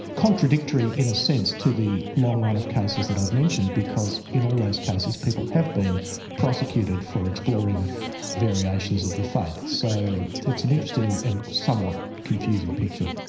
contradictory in a sense to the long run of cases that i've mentioned because in all those cases people have been prosecuted for exploring the variations of the faith. so it's an interesting and somewhat confusing picture.